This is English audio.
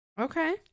Okay